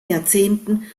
jahrzehnten